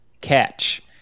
catch